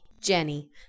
Jenny